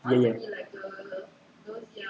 bila